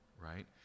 right